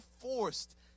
forced